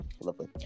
lovely